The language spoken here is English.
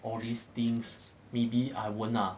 all these things maybe I won't lah